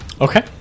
Okay